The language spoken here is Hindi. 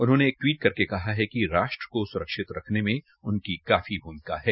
उन्होंने एक टवीट करके कहा कि राष्ट्र को सुरक्षित रखने में उनकी काफी भूमिका है